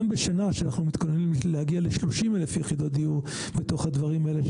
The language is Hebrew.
גם בשנה שאנחנו מתכוננים להגיע ל-30,000 יחידות דיור בתוך הדברים האלה,